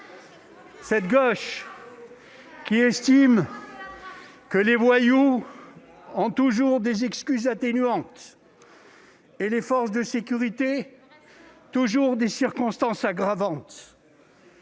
Cette gauche qui estime que les voyous ont toujours des excuses atténuantes et les forces de sécurité toujours des circonstances aggravantes.